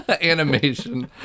animation